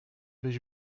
byś